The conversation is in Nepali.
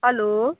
हेलो